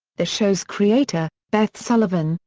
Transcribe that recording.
the show's creator, beth sullivan,